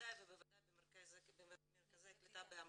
בוודאי ובוודאי במרכזי הקליטה באמהרית,